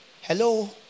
Hello